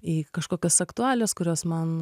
į kažkokias aktualijas kurios man